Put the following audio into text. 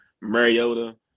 Mariota